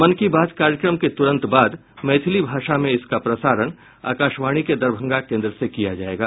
मन की बात कार्यक्रम के तुरंत बाद मैथिली भाषा में इसका प्रसारण आकाशवाणी के दरभंगा केन्द्र से किया जायेगा